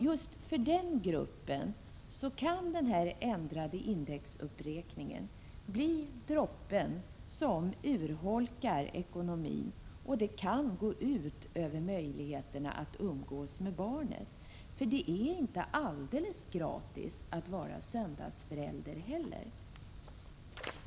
Just för den gruppen kan denna ändrade indexuppräkning urholka ekonomin, och det kan gå ut över möjligheterna att umgås med barnen -— för det är inte alldeles gratis att vara söndagsförälder heller.